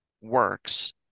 works